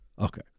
Okay